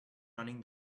running